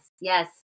yes